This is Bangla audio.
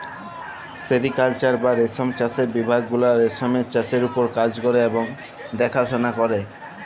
সেরিকাল্চার বা রেশম চাষের বিভাগ গুলা রেশমের চাষের উপর কাজ ক্যরে এবং দ্যাখাশলা ক্যরে